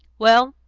well,